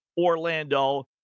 Orlando